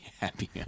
happy